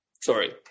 Sorry